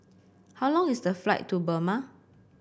how long is the flight to Burma